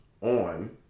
on